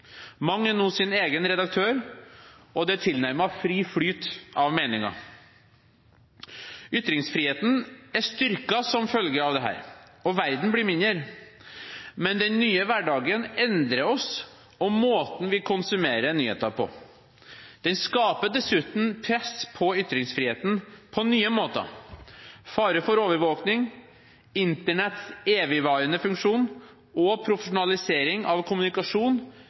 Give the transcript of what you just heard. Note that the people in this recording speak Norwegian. Mange er nå sin egen redaktør, og det er tilnærmet fri flyt av meninger. Ytringsfriheten er styrket som følge av dette, og verden blir mindre, men den nye hverdagen endrer oss og måten vi konsumerer nyheter på. Den skaper dessuten press på ytringsfriheten på nye måter: Fare for overvåkning, Internetts evigvarende funksjon og profesjonalisering av kommunikasjon